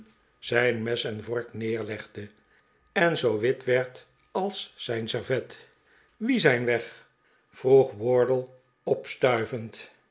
zijn mes en vork neerlegde en zoo wit werd als zijn servet wie zijn weg vroeg wardle opstuivend